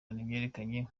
yamenyekanye